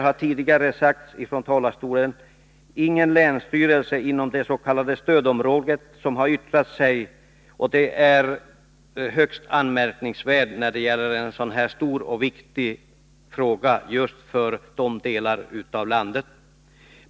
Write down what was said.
Att t.ex. ingen länsstyrelse inom dets.k. stödområdet har yttrat sig är, såsom tidigare sagts från denna talarstol, högst anmärkningsvärt när det gäller en så stor och viktig fråga just för dessa delar av landet.